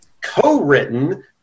co-written